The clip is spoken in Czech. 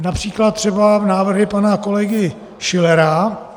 Například třeba návrhy pana kolegy Schillera.